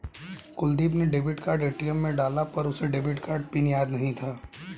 कुलदीप ने debit card ATM में डाला पर उसे डेबिट कार्ड पिन याद नहीं था